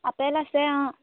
apple আছে অঁ